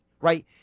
right